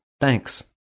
Thanks